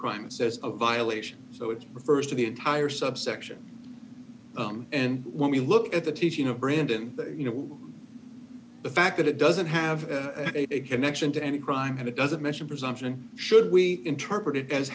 crime says a violation so it refers to the entire subsection and when we look at the teaching of brandon you know the fact that it doesn't have a connection to any crime and it doesn't mention presumption should we interpret it as